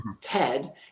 Ted